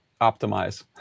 optimize